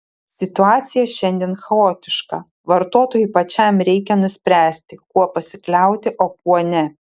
situacija šiandien chaotiška vartotojui pačiam reikia nuspręsti kuo pasikliauti o kuo ne